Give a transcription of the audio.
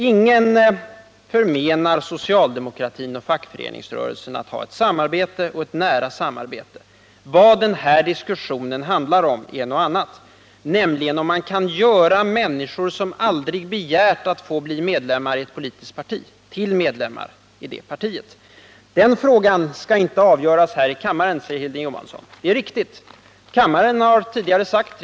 Ingen förmenar socialdemokratin och fackföreningsrörelsen att ha ett nära samarbete. Vad denna diskussion handlar om är något annat, nämligen om man kan göra människor som aldrig begärt att få bli medlemmar i ett politiskt parti till medlemmar i socialdemokratiska partiet. Den frågan skall inte avgöras här i kammaren, säger Hilding Johansson, och det är riktigt.